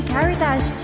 Caritas